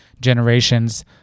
generations